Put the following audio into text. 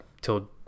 till